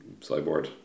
Cyborg